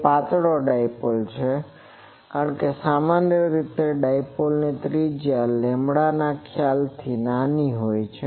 તે પાતળો ડાઇપોલ છે કારણ કે સામાન્ય રીતે ડિપોલ્સ ત્રિજ્યા લેમ્બડાના ખ્યાલ થી નાની હોય છે